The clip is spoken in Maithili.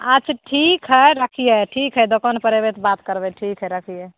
अच्छा ठीक है रखिए ठीक है दोकान पर ऐबै तऽ बात करबै ठीक है रखिए